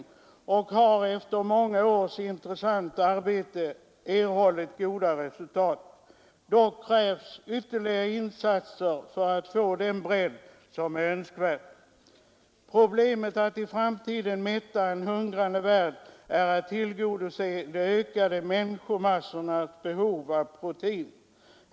Detta företag har efter många års intressant arbete erhållit goda resultat. Dock krävs ytterligare insatser för att få den bredd på forskningen som är önskvärd. Problemet att i framtiden mätta en hungrande värld gäller möjligheten att tillgodose de ökade människomassornas behov av protein.